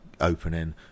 opening